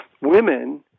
Women